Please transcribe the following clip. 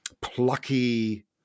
plucky